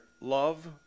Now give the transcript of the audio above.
love